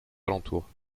alentour